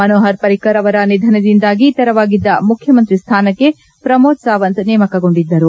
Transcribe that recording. ಮನೋಹರ್ ಪರಿಕ್ಕರ್ ಅವರ ನಿಧನದಿಂದಾಗಿ ತೆರವಾದ ಮುಖ್ಯಮಂತ್ರಿ ಸ್ಥಾನಕ್ಕೆ ಪ್ರಮೋದ್ ಸಾವಂತ್ ನೇಮಕಗೊಂಡಿದ್ದು